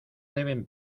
deben